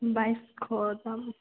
বাইছশ দাম